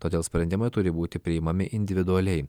todėl sprendimai turi būti priimami individualiai